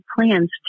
plans